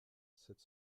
sept